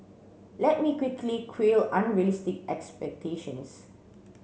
let me quickly quell unrealistic expectations